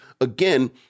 again